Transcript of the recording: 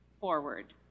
forward